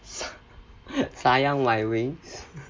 sayang my wings